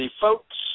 folks